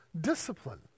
discipline